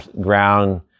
ground